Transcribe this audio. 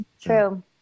True